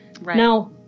Now